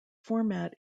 format